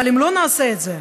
אבל אם לא נעשה את זה,